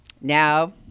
now